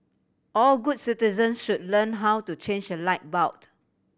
all good citizens should learn how to change a light bulb